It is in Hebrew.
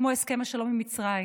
כמו הסכם השלום עם מצרים.